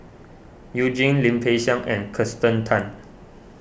You Jin Lim Peng Siang and Kirsten Tan